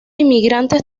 inmigrantes